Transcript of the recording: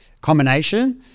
combination